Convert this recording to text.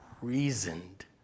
reasoned